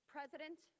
President